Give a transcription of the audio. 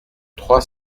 trois